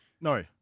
No